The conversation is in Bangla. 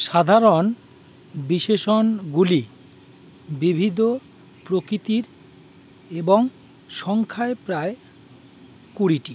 সাধারণ বিশেষণগুলি বিবিধ প্রকৃতির এবং সংখ্যায় প্রায় কুড়িটি